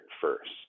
first